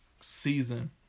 season